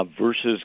versus